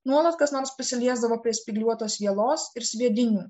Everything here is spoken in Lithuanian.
nuolat kas nors prisiliesdavo prie spygliuotos vielos ir sviedinių